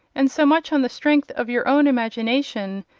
and so much on the strength of your own imagination,